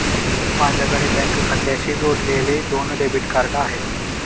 माझ्याकडे बँक खात्याशी जोडलेली दोन डेबिट कार्ड आहेत